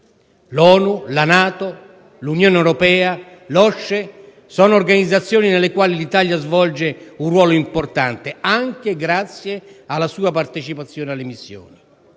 L'ONU, la NATO, l'Unione europea, l'OSCE, sono organizzazioni nelle quali l'Italia svolge un ruolo importante, anche grazie alla sua partecipazione alle missioni.